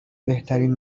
بهترین